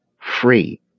free